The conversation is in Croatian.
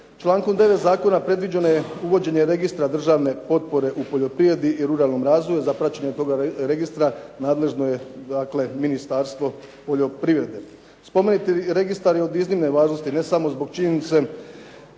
Člankom 9. zakona predviđeno je uvođenje registra državne potpore u poljoprivredi i ruralnom razvoju. Za praćenje toga registra nadležno je Ministarstvo poljoprivrede. Spomenuti registar je od iznimne važnosti ne samo zbog činjenice